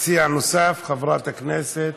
מציע נוסף, חברת הכנסת